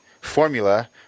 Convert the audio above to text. formula